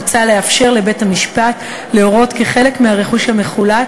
מוצע לאפשר לבית-המשפט להורות כי חלק מהרכוש המחולט